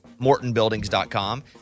MortonBuildings.com